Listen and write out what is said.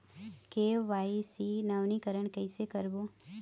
KYC नवीनीकरण कैसे करबो?